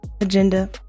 Agenda